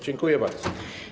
Dziękuję bardzo.